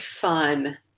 fun